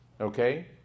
okay